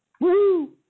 Woo